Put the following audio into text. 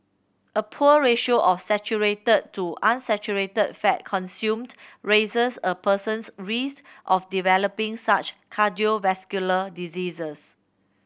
a poor ratio of saturated to unsaturated fat consumed raises a person's risk of developing such cardiovascular diseases